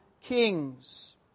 kings